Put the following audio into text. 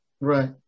Right